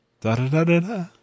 Da-da-da-da-da